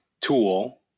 Tool